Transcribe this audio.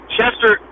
Chester